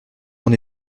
mon